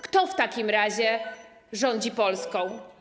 Kto w takim razie rządzi Polską?